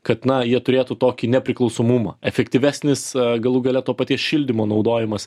kad na jie turėtų tokį nepriklausomumą efektyvesnis galų gale to paties šildymo naudojimas